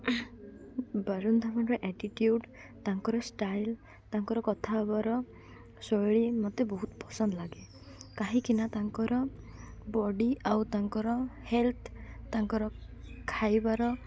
ବରୁନ ଧାୱନ୍ର ଆଟିଟି୍ୟୁଡ଼୍ ତାଙ୍କର ଷ୍ଟାଇଲ୍ ତାଙ୍କର କଥା ହେବାର ଶୈଳୀ ମତେ ବହୁତ ପସନ୍ଦ ଲାଗେ କାହିଁକିନା ତାଙ୍କର ବଡ଼ି ଆଉ ତାଙ୍କର ହେଲ୍ଥ ତାଙ୍କର ଖାଇବାର